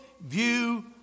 view